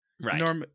Right